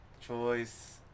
choice